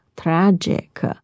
tragic